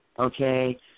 okay